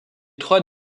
trois